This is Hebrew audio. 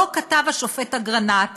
שבו כתב השופט אגרנט